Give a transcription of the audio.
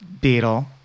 beetle